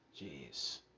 jeez